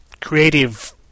creative